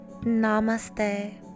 Namaste